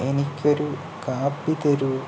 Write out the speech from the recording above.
എനിക്കൊരു കാപ്പി തരൂ